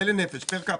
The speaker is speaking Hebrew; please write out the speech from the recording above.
כן, זה לנפש, פר קפיטל.